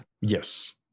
Yes